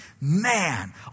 man